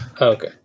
Okay